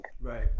right